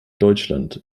deutschland